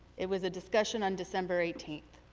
it was a discussion on december eighteenth.